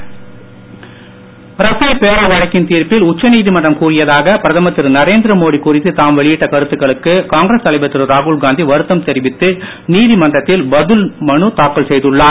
Rahul Gandhi Rafale பேர வழக்கின் தீர்ப்பில் உச்சநீதிமன்றம் கூறியதாக பிரதமர் திரு நரேந்திரமோடி குறித்து தாம் வெளியிட்ட கருத்துகளுக்கு காங்கிரஸ் தலைவர் திரு ராகுல்காந்தி வருத்தம் தெரிவித்து நீதிமன்றத்தில் பதில் மனு தாக்கல் செய்துள்ளார்